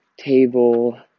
table